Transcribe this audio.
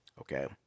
okay